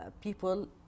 people